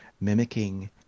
mimicking